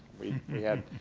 we had